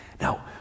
Now